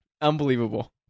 Unbelievable